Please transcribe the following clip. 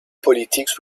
politics